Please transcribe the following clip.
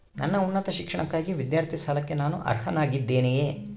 ನನ್ನ ಉನ್ನತ ಶಿಕ್ಷಣಕ್ಕಾಗಿ ವಿದ್ಯಾರ್ಥಿ ಸಾಲಕ್ಕೆ ನಾನು ಅರ್ಹನಾಗಿದ್ದೇನೆಯೇ?